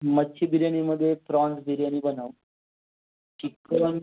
मच्छी बिर्याणीमध्ये प्रॉन्ज बिर्याणी बनव चिकरन